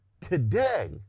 today